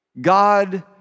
God